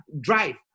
drive